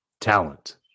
talent